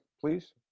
please